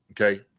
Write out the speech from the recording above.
okay